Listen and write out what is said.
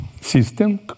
system